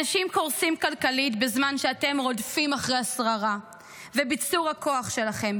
אנשים קורסים כלכלית בזמן שאתם רודפים אחר השררה וביצור הכוח שלכם,